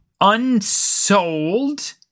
unsold